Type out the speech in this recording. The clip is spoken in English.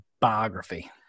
biography